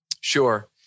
Sure